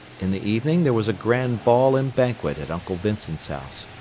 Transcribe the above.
in the evening there was a grand ball and banquet at uncle vincent's house,